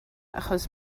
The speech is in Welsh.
achos